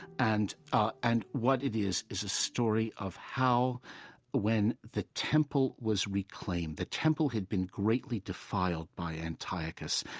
and ah and what it is is a story of how when the temple was reclaimed. the temple had been greatly defiled by antiochus.